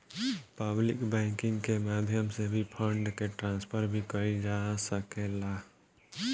public banking के माध्यम से भी फंड के ट्रांसफर भी कईल जा सकेला